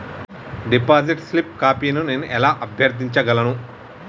Deposit slip కాపీని నేను ఎలా అభ్యర్థించగలను?